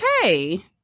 okay